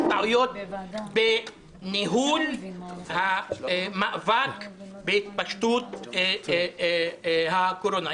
טעויות בניהול המאבק בהתפשטות הקורונה.